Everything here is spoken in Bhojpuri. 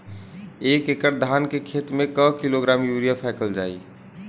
एक एकड़ धान के खेत में क किलोग्राम यूरिया फैकल जाई?